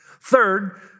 Third